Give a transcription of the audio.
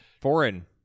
Foreign